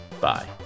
Bye